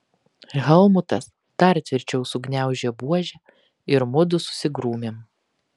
helmutas dar tvirčiau sugniaužė buožę ir mudu susigrūmėm